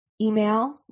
Email